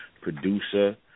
producer